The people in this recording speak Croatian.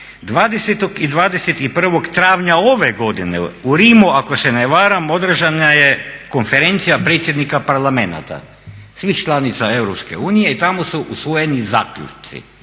20. i 21. travnja ove godine u Rimu ako se ne varam održana je Konferencija predsjednika parlamenata svih članica EU i tamo su usvojeni zaključci